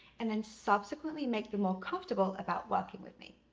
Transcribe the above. and then subsequently make them more comfortable about working with me.